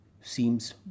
seems